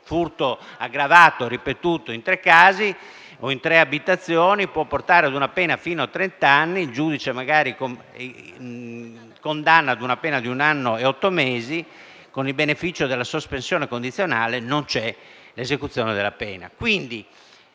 furto aggravato e ripetuto in tre casi o in tre abitazioni può portare a una pena fino a trent'anni e il giudice, magari, condanna a una pena di un anno e otto mesi, con il beneficio della sospensione condizionale: non vi è, così, l'esecuzione della pena.